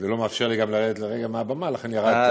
ולא מאפשר לי גם לרדת לרגע מהבמה, לכן ירדתי.